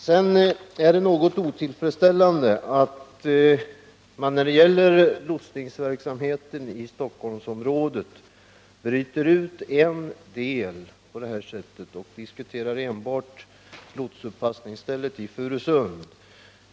Det är något otillfredsställande att man när det gäller lotsningsverksamheten i Stockholmsområdet på det här sättet bryter ut en bit och enbart diskuterar lotsuppassningsstället i Furusund.